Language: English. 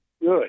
good